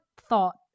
thought